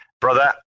Brother